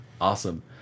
Awesome